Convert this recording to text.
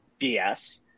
BS